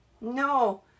No